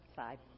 side